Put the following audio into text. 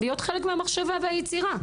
להיות חלק מהמחשבה והיצירה.